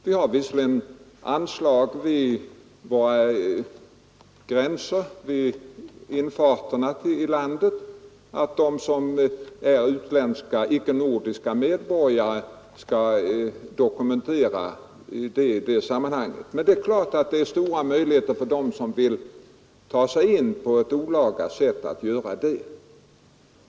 Vi har visserligen anslag vid infarterna till landet om att de som är icke-nordiska medborgare skall dokumentera sig, men det är klart att det finns stora möjligheter för dem som vill ta sig in på ett olaga sätt att göra det.